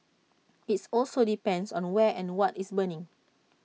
IT also depends on where and what is burning